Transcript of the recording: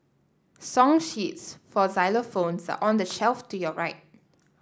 song sheets for xylophones are on the shelf to your right